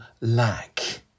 lack